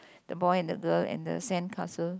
the boy and the girl and the sandcastle